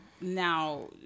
now